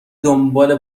دنباله